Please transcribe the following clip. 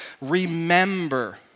Remember